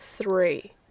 Three